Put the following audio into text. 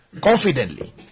confidently